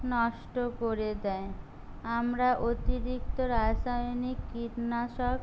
নষ্ট করে দেয় আমরা অতিরিক্ত রাসায়নিক কীটনাশক